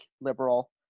Liberal